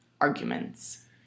arguments